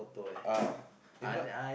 ah if not